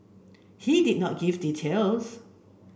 he did not give details